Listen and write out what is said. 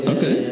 Okay